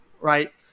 Right